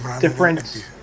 different